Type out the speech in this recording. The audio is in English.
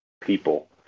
people